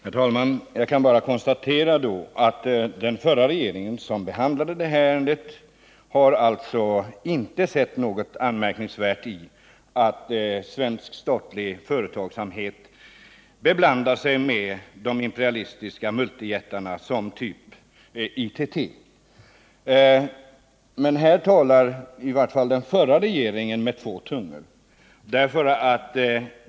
Herr talman! Jag kan bara konstatera att den förra regeringen, som handlade det här ärendet, alltså inte har sett något anmärkningsvärt i att svensk statlig företagsamhet beblandar sig med imperialistiska multijättar av typ ITT. Men då talar i varje fall den förra regeringen med dubbla tungor.